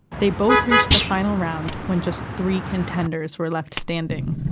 they both reached the final round, when just three contenders were left standing.